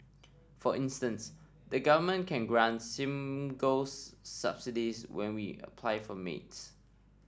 for instance the government can grant singles subsidies when we apply for maids